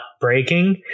breaking